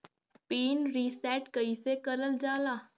Pin reset कईसे करल जाला?